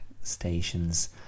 stations